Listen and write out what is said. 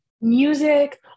music